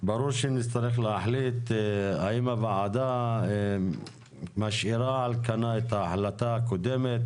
ברור שנצטרך להחליט האם הוועדה משאירה על כנה את ההחלטה הקודמת